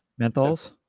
Menthols